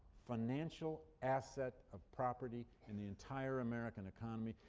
financial asset of property in the entire american economy.